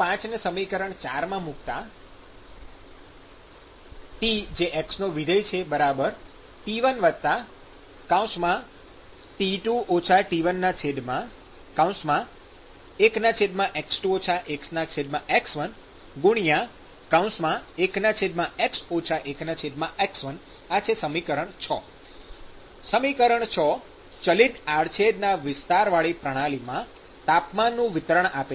૫ ને સમીકરણ ૪ માં મુક્તા TxT11x2 1x1 1x 1x1 ૬ સમીકરણ ૬ ચલિત આડછેદના વિસ્તારવાળી પ્રણાલીમાં તાપમાનનું વિતરણ આપે છે